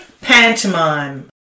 Pantomime